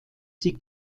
sie